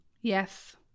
Yes